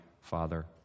Father